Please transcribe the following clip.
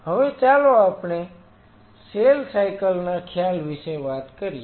હવે ચાલો આપણે સેલ સાયકલ ના ખ્યાલ વિશે વાત કરીએ